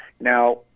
Now